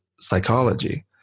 psychology